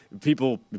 people